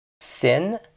sin